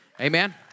Amen